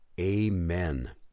Amen